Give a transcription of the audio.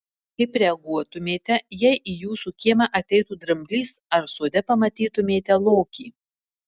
kaip reaguotumėte jei į jūsų kiemą ateitų dramblys ar sode pamatytumėte lokį